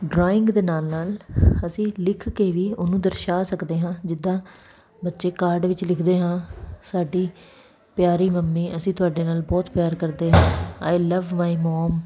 drawing ਦੇ ਨਾਲ ਨਾਲ ਅਸੀਂ ਲਿਖ ਕੇ ਵੀ ਉਹਨੂੰ ਦਰਸ਼ਾ ਸਕਦੇ ਹਾਂ ਜਿੱਦਾਂ ਬੱਚੇ ਕਾਰਡ ਵਿੱਚ ਲਿਖਦੇ ਹਾਂ ਸਾਡੀ ਪਿਆਰੀ ਮੰਮੀ ਅਸੀਂ ਤੁਹਾਡੇ ਨਾਲ ਬਹੁਤ ਪਿਆਰ ਕਰਦੇ ਹਾਂ ਆਈ ਲਵ ਮਾਈ ਮੋਮ